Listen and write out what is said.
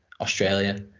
Australia